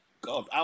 god